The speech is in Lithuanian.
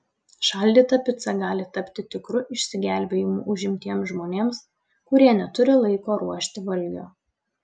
šaldyta pica gali tapti tikru išsigelbėjimu užimtiems žmonėms kurie neturi laiko ruošti valgio